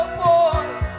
boy